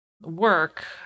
work